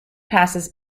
passes